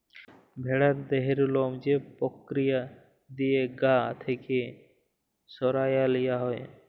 ভেড়ার দেহের লম যে পক্রিয়া দিঁয়ে গা থ্যাইকে সরাঁয় লিয়া হ্যয়